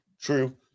true